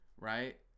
right